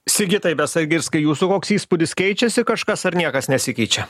sigitai besagirskai jūsų koks įspūdis keičiasi kažkas ar niekas nesikeičia